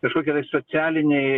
kažkokie tai socialiniai